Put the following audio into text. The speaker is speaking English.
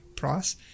price